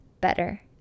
better